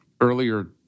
earlier